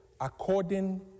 according